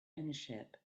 ownership